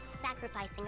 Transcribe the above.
Sacrificing